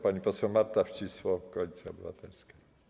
Pani poseł Marta Wcisło, Koalicja Obywatelska.